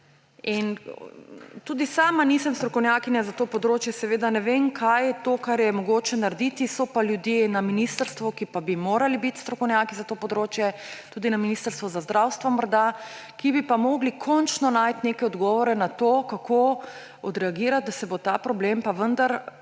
Tudi sama nisem strokovnjakinja za to področje, seveda ne vem, kaj je to, kar je mogoče narediti, so pa ljudje na ministrstvu, ki pa bi morali biti strokovnjaki za to področje, tudi na Ministrstvu za zdravstvo morda, ki bi pa morali končno najti neke odgovore na to, kako odreagirati, da se bo ta problem pa vendar